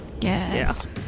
Yes